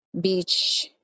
Beach